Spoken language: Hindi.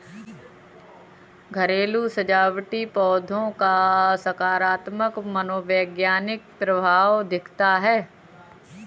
घरेलू सजावटी पौधों का सकारात्मक मनोवैज्ञानिक प्रभाव दिखता है